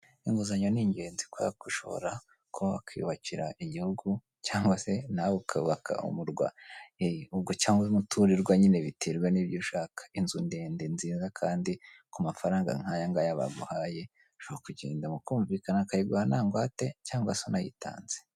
Inguzanyo ni ingenzi kubera ko ushobora kuba wakwiyubakira igihugu cyangwa se nawe ukubaka umurwa, ubwo cyangwa umuturirwa nyine biterwa n'ibyo ushaka, inzu ndende nziza kandi ku mafaranga nk'aya ngaya bamuhaye, ushobora kugenda mukumvikana akayiguha nta ngwate cyangwa se anayitanze.